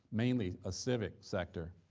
mainly a civic sector,